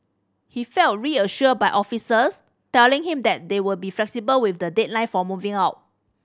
he felt reassured by officers telling him that they will be flexible with the deadline for moving out